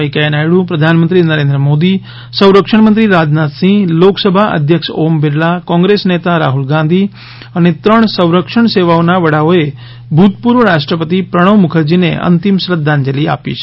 વેંકૈયા નાયડુ પ્રધાનમંત્રી નરેન્દ્ર મોદી સંરક્ષણ મંત્રી રાજનાથ સિંહ લોકસભા અધ્યક્ષ ઓમ બિરલા કોંગ્રેસ નેતા રાહ્લ ગાંધી અને ત્રણ સંરક્ષણ સેવાઓનાં વડાઓએ ભૂતપૂર્વ રાષ્ટ્રપતિ પ્રણવ મુખરજીને અંતિમ શ્રદ્ધાંજલિ આપી છે